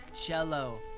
cello